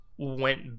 went